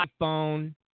iPhone